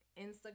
Instagram